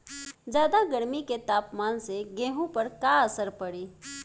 ज्यादा गर्मी के तापमान से गेहूँ पर का असर पड़ी?